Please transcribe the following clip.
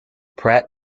pratt